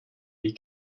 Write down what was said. wie